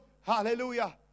Hallelujah